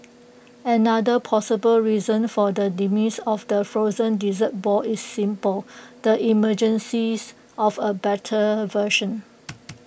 another plausible reason for the demise of the frozen dessert ball is simple the emergence of A better version